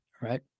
right